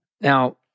Now